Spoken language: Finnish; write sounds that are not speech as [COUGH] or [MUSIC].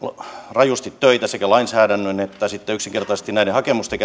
rajusti töitä sekä lainsäädännön että sitten yksinkertaisesti näiden hakemusten [UNINTELLIGIBLE]